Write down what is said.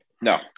No